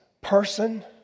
person